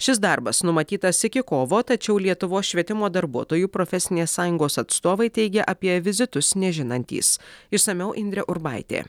šis darbas numatytas iki kovo tačiau lietuvos švietimo darbuotojų profesinės sąjungos atstovai teigia apie vizitus nežinantys išsamiau indrė urbaitė